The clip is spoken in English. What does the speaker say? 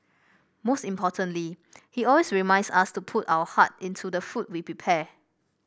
most importantly he always reminds us to put our heart into the food we prepare